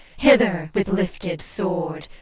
hither with lifted sword,